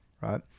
right